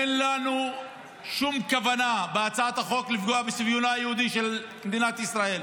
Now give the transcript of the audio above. אין לנו שום כוונה בהצעת החוק לפגוע בצביונה היהודי של מדינת ישראל.